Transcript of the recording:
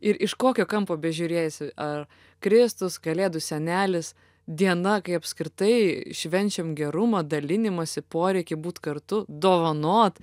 ir iš kokio kampo bežiūrėsi ar kristus kalėdų senelis diena kai apskritai švenčiam gerumo dalinimosi poreikį būt kartu dovanot